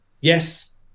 yes